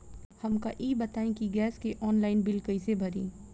हमका ई बताई कि गैस के ऑनलाइन बिल कइसे भरी?